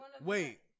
Wait